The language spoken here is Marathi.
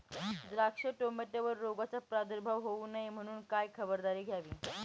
द्राक्ष, टोमॅटोवर रोगाचा प्रादुर्भाव होऊ नये म्हणून काय खबरदारी घ्यावी?